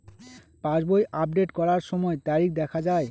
পাসবই update করার সময়ে তারিখ দেখা য়ায়?